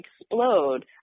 explode